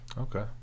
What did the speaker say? okay